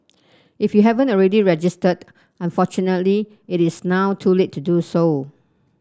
if you haven't already registered unfortunately it is now too late to do so